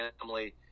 family